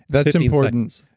that's important.